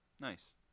Nice